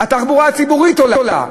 מחיר התחבורה הציבורית עולה,